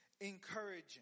encouraging